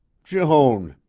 joan,